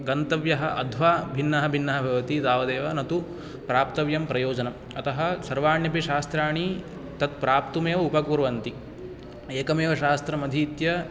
गन्तव्यः अध्वा भिन्नः भिन्नः भवति तावदेव न तु प्राप्तव्यं प्रयोजनम् अतः सर्वाण्यपि शास्त्राणि तत्प्राप्तुम् एव उपकुर्वन्ति एकमेव शास्त्रम् अधीत्य